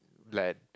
bland